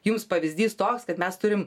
jums pavyzdys tos kad mes turim